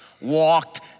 walked